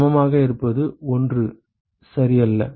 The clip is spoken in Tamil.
சமமாக இருப்பது 1 சரி அல்ல